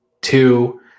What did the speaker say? two